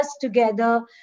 together